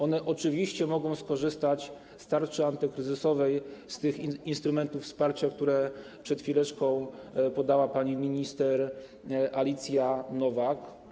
One oczywiście mogą skorzystać z tarczy antykryzysowej, z tych instrumentów wsparcia, które przed chwileczką podała pani minister Alina Nowak.